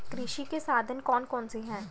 कृषि के साधन कौन कौन से हैं?